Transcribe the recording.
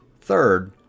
Third